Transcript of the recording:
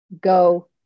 Go